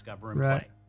Right